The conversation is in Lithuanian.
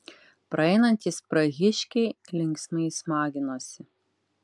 praeinantys prahiškiai linksmai smaginosi